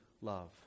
love